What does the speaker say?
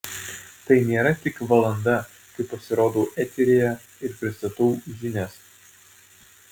tai nėra tik valanda kai pasirodau eteryje ir pristatau žinias